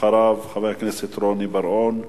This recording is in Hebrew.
אחריו, חבר הכנסת רוני בר-און,